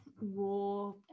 war